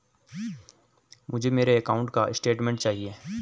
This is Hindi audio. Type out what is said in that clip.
मुझे मेरे अकाउंट का स्टेटमेंट चाहिए?